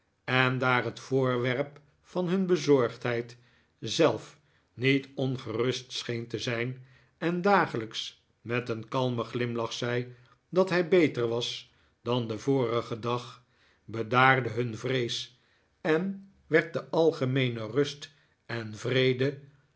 en daar het voorwerp van nun bezorgdheid zelf niet ongerust scheen te zijn en dagelijks met een kalmen glimlach zei dat hij beter was dan den vorigen dag bedaarde hun vrees en werd de algemeene rust en vrede